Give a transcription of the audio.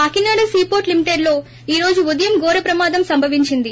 కాకినాడ సీపోర్లు లిమిటెడ్ లో ఈరోజు ఉదయం ఘోర ప్రమాదం సంభవించింది